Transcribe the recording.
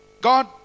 God